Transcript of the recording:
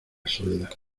soledad